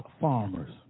farmers